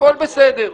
הכול בסדר.